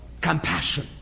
compassion